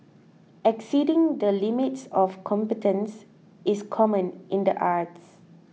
exceeding the limits of competence is common in the arts